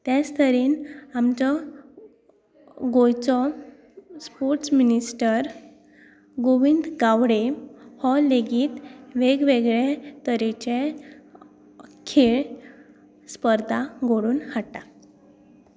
त्याच तरेन आमचो गोंयचो स्पोर्ट्स मिनिस्टर गोविंद गावडे हो लेगीत वेग वेगळे तरेचे खेळ स्पर्धा घडोवन हाडटा